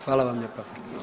Hvala vam lijepa.